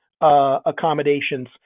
accommodations